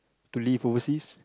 to live overseas